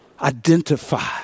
identify